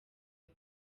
rwa